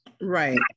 Right